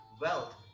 wealth